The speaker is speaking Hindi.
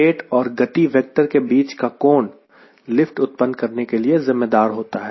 प्लेट और गति वेक्टर के बीच का कोण लिफ्ट उत्पन्न करने के लिए जिम्मेदार होता है